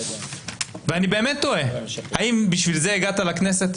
אני באמת תוהה, האם בשביל זה הגעת לכנסת?